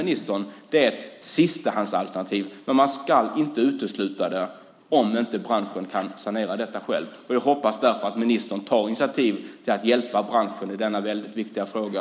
Det är ett sistahandsalternativ, men man ska inte utesluta det om inte branschen kan sanera detta själv. Jag hoppas därför att ministern tar initiativ till att hjälpa branschen i denna väldigt viktiga fråga.